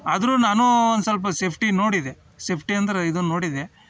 ಆದ್ರೂ ನಾನೂ ಒಂದು ಸ್ವಲ್ಪ ಸೇಫ್ಟಿ ನೋಡಿದೆ ಸೇಫ್ಟಿ ಅಂದ್ರೆ ಇದು ನೋಡಿದೆ